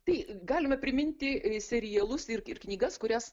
tai galime priminti serialus ir knygas kurias